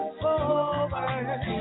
forward